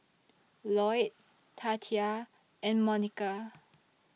Lloyd Tatia and Monika